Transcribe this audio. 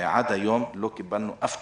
אבל עד היום לא קיבלנו אף תשובה,